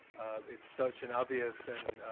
it's such an obvious and